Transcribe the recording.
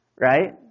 right